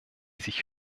sich